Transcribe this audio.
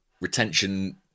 Retention